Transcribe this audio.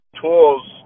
tools